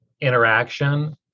interaction